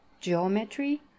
geometry